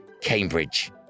Cambridge